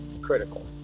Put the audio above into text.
critical